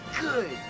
good